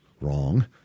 Wrong